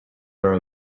are